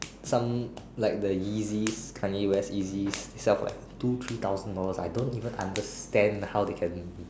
some like the Yeezus Kanye-West Yeezus sell for like two three thousands dollar I don't even understand how they can